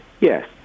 yes